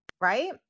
right